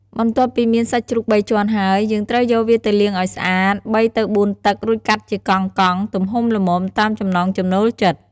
បន្ទាប់់ពីមានសាច់ជ្រូកបីជាន់ហើយ យើងត្រូវយកវាទៅលាងឲ្យស្អាត បីទៅបួនទឹក រួចកាត់ជាកង់ៗ ទំហំល្មម តាមចំណង់ចំណូលចិត្ត។